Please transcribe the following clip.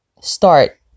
start